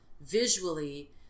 visually